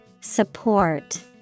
Support